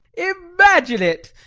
imagine it,